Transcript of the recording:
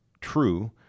true